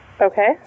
Okay